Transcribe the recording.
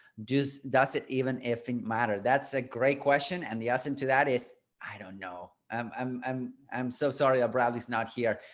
does does it even effing matter? that's a great question and the answer and to that is i don't know i'm um i'm i'm so sorry. oh, bradley's not here.